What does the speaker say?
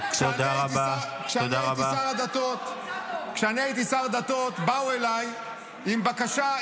כשאני הייתי שר הדתות באו אליי עם בקשה,